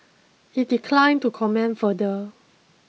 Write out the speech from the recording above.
it declined to comment further